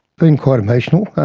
been quite emotional.